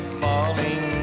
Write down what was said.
falling